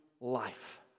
life